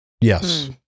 yes